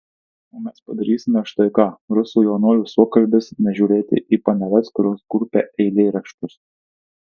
o mes padarysime štai ką rusų jaunuolių suokalbis nežiūrėti į paneles kurios kurpia eilėraščius